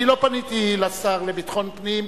אני לא פניתי אל השר לביטחון פנים,